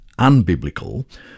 unbiblical